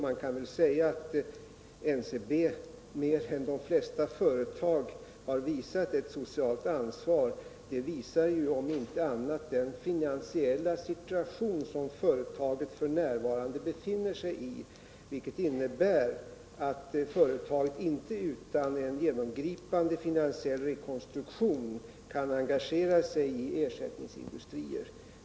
Man kan väl säga att NCB mer än de flesta andra företag har visat ett socialt ansvar. Om inte annat så framgår det av den finansiella situation som företaget f.n. befinner sig i och som bl.a. innebär att företaget inte utan en genomgripande finansiell rekonstruktion kan engagera sig i en ersättningsindustri.